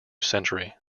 century